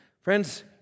Friends